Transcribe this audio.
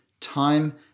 time